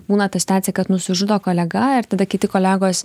būna ta situacija kad nusižudo kolega ir tada kiti kolegos